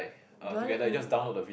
Johnny-Engli~